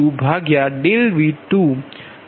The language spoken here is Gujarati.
તેથી કહો Q2V2